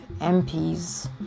MPs